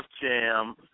Jam